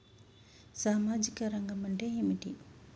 సామాజిక రంగం అంటే ఏమిటి?